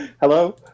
Hello